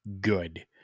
good